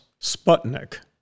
Sputnik